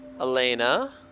Elena